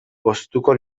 poztuko